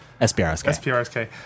SPRSK